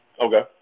Okay